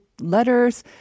letters